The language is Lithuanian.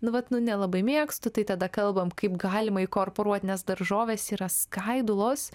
nu vat nu nelabai mėgstu tai tada kalbam kaip galima įkorporuot nes daržovės yra skaidulos